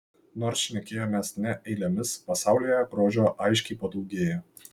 nors šnekėjomės ne eilėmis pasaulyje grožio aiškiai padaugėjo